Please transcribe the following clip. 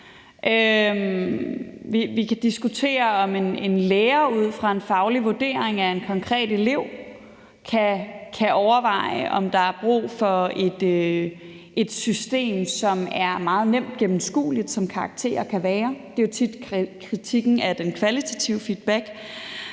Vi kan diskutere, om en lærer ud fra en faglig vurdering af en konkret elev kan overveje, om der er brug for et system, som er meget nemt gennemskueligt, som karakterer kan være det – der er jo tit kritikken af den kvalitative feedback